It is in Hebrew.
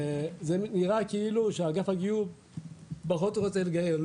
זה נראה כאילו שאגף הגיור פחות רוצה לגייר.